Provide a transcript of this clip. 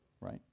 right